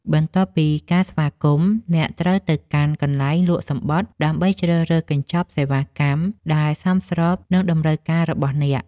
បន្ទាប់ពីការស្វាគមន៍ អ្នកត្រូវទៅកាន់កន្លែងលក់សំបុត្រ ដើម្បីជ្រើសរើសកញ្ចប់សេវាកម្មដែលសមស្របនឹងតម្រូវការរបស់អ្នក។